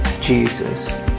Jesus